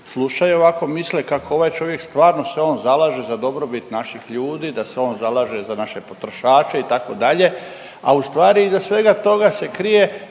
slušaju ovako misle kako ovaj čovjek stvarno se on zalaže za dobrobit naših ljudi, da se on zalaže za naše potrošače itd., a u stvari iza svega toga se krije